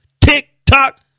Tick-tock